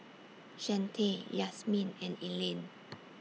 Chante Yasmeen and Elaine